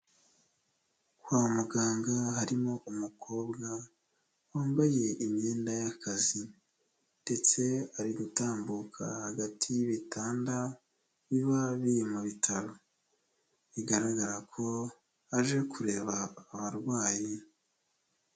Kwa muganga harimo umukobwa wambaye imyenda y'akazi, ndetse ari gutambuka hagati y'ibitanda biba biri mu bitaro, bigaragara ko aje kureba abarwayi.